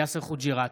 יאסר חוג'יראת,